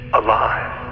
alive